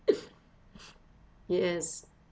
yes